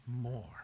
more